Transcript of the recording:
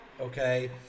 okay